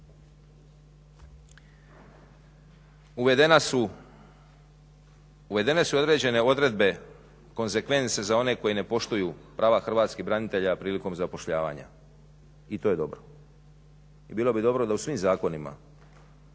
Uvedene su određene odredbe konzekvence za one koji ne poštuju prava hrvatskih branitelja prilikom zapošljavanja, i to je dobro. I bilo bi dobro da u svim zakonima